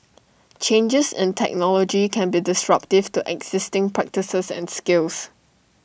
changes in technology can be disruptive to existing practices and skills